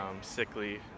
sickly